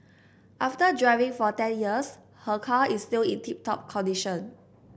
after driving for ten years her car is still in tip top condition